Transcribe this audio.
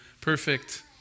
perfect